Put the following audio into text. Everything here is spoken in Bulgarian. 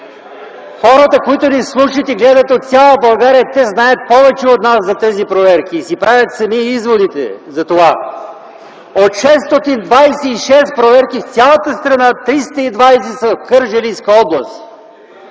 Хората, които ни слушат и гледат от цяла България, знаят повече от нас за тези проверки и сами си правят изводите за това. От 626 проверки в цялата страна 320 са в Кърджалийска област.